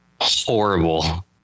horrible